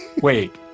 Wait